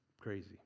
crazy